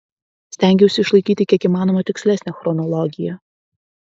stengiausi išlaikyti kiek įmanoma tikslesnę chronologiją